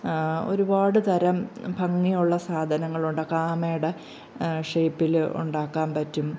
ഒരുപാട് തരം ഭംഗിയുള്ള സാധനങ്ങൾ ഉണ്ടാക്കാം ആമയുടെ ഷേപ്പില് ഉണ്ടാക്കാൻ പറ്റും